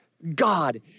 God